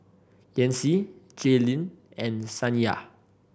Yancy Jaylyn and Saniya